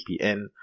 VPN